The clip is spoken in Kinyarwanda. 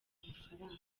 mafaranga